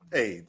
Hey